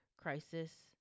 crisis